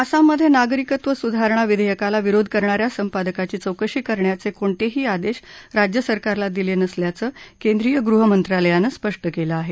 आसाममधे नागरिकत्व सुधारणा विधेयकाला विरोध करणा या संपादकांची चौकशी करण्याचे कोणतेही आदेश राज्यसरकारला दिले नसल्याचं केंद्रीय गृहमंत्रालयानं स्पष्ट केलं आहे